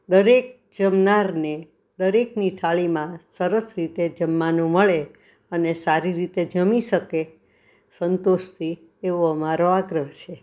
દરેક જમનારને દરેકની થાળીમાં સરસ રીતે જમવાનું મળે અને સારી રીતે જમી શકે સંતોષથી એવો અમારો આગ્રહ છે